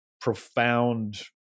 profound